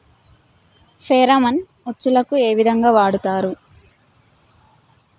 Pheromone ఉచ్చులకు ఏ విధంగా వాడుతరు?